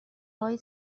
های